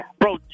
bro